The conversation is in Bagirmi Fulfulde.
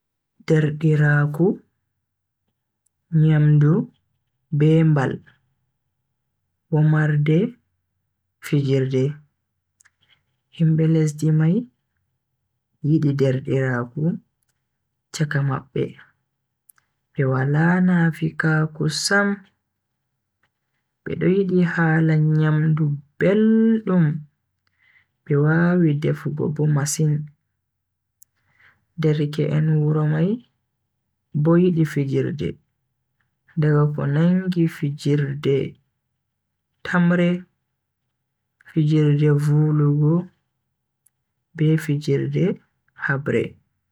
Derdiraaku, nyamdu be mbal, womarde, fijirde. Himbe lesdi mai yidi derdiraaku chaka mabbe be wala nafikaaku sam, be do yidi hala nyamdu beldum be wawi defugo bo masin. Derke en wuro mai bo yidi fijirde daga ko nangi fijirde tamre, fijirde vulugo be fijirde habre.